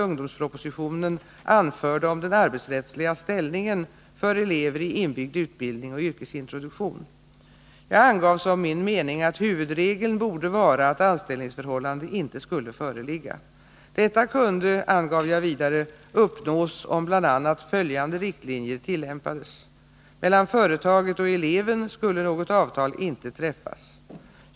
ungdomspropositionen anförde om den arbetsrättsliga ställningen för elever i inbyggd utbildning och yrkesintroduktion . Jag angav som min mening att huvudregeln borde vara att anställningsförhållande inte skulle föreligga. Detta kunde, angav jag vidare, uppnås om bl.a. följande riktlinjer tillämpades. Mellan företaget och eleven skulle något avtal inte träffas.